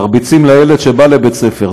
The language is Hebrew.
מרביצים לילד שבא לבית-הספר.